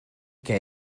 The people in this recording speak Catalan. què